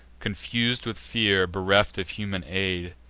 confus'd with fear, bereft of human aid,